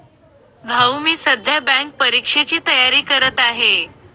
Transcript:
भाऊ मी सध्या बँक परीक्षेची तयारी करत आहे